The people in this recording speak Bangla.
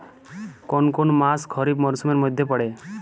কোন কোন মাস খরিফ মরসুমের মধ্যে পড়ে?